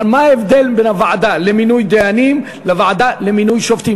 אבל מה ההבדל בין הוועדה למינוי דיינים לוועדה למינוי שופטים?